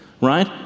right